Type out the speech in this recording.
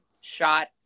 Shot